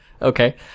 Okay